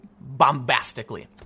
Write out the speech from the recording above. bombastically